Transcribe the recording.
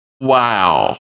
wow